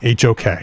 HOK